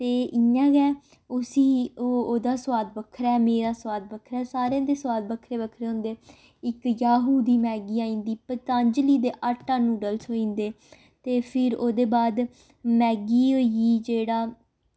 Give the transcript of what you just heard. ते इ'यां गै उसी ओह् ओह्दा सोआद बक्खरा ऐ मेरा सोआद बक्खरा ऐ सारें दे सोआद बक्खरे बक्खरे होंदे इक याहू दी मैगी आई जंदी पतंजली दे आटा नूडल थ्होई जंदे ते फिर ओह्दे बाद मैगी होई गेई जेह्ड़ा